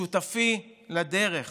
שותפי לדרך